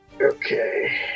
Okay